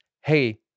hey